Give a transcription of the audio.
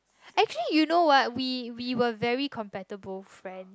actually you know what we we were very compatible friend